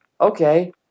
okay